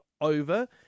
over